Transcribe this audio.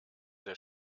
der